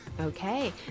Okay